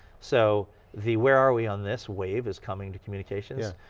so the where are we on this wave is coming to communications,